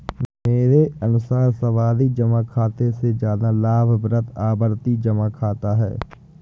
मेरे अनुसार सावधि जमा खाते से ज्यादा लाभप्रद आवर्ती जमा खाता है